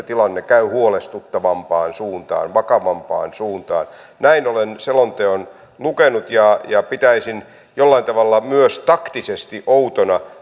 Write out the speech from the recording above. tilanne käy huolestuttavampaan suuntaan vakavampaan suuntaan näin olen selonteon lukenut ja ja pitäisin jollain tavalla myös taktisesti outona